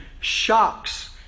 shocks